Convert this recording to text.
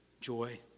joy